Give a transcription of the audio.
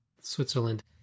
Switzerland